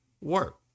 work